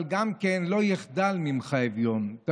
אבל גם כן, "לא יחדל אביון" ממך.